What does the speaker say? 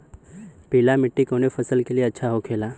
पीला मिट्टी कोने फसल के लिए अच्छा होखे ला?